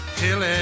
till